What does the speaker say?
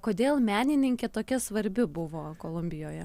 kodėl menininkė tokia svarbi buvo kolumbijoje